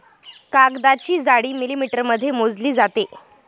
कागदाची जाडी मिलिमीटरमध्ये मोजली जाते